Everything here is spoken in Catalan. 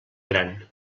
gran